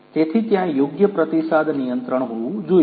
તેથી ત્યાં યોગ્ય પ્રતિસાદ નિયંત્રણ હોવું જોઈએ